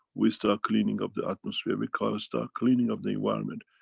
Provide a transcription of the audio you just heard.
we start cleaning up the atmosphere, we ca. ah start cleaning up the environment.